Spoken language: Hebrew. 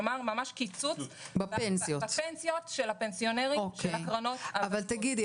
כלומר ממש קיצוץ בפנסיות של הפנסיונרים של הקרנות הוותיקות.